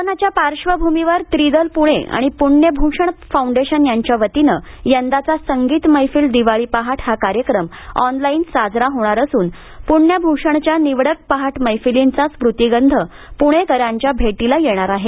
कोरोनाच्या पार्श्वभूमीवर त्रिदल प्णे आणि प्ण्यभूषण फौंडेशन यांच्या वतीने यंदाचा संगीत मैफील दिवाळी पहाट हा कार्यक्रम ऑनलाईन साजरा होणार असून पुण्यभूषणच्या निवडक पहाट मैफिलींचा स्मृतिगंध पुणेकरांच्या भेटीला येणार आहे